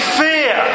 fear